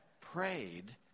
prayed